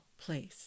place